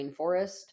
rainforest